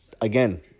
Again